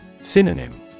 Synonym